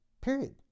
Period